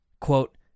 Quote